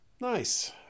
Nice